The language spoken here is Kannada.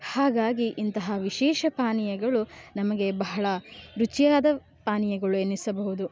ಹಾಗಾಗಿ ಇಂತಹ ವಿಶೇಷ ಪಾನೀಯಗಳು ನಮಗೆ ಬಹಳ ರುಚಿಯಾದ ಪಾನೀಯಗಳು ಎನಿಸಬಹುದು